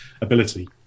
ability